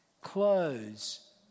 clothes